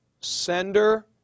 sender